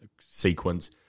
sequence